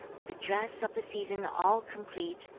with the dress of the season all complete,